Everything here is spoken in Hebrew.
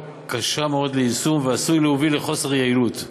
קשה מאוד ליישום ועשוי להוביל לחוסר יעילות.